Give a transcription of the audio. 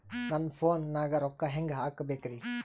ನನ್ನ ಫೋನ್ ನಾಗ ರೊಕ್ಕ ಹೆಂಗ ಹಾಕ ಬೇಕ್ರಿ?